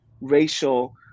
racial